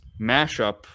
mashup